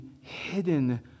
hidden